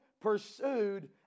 pursued